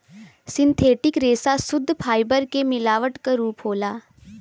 synthetic रेसा सुद्ध fibre के मिलावट क रूप होला